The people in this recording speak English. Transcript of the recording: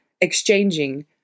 exchanging